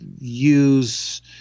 use